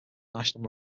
national